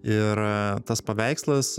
ir tas paveikslas